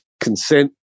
consent